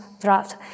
draft